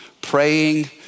Praying